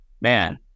man